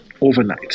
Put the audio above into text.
overnight